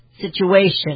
situation